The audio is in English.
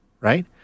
right